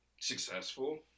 successful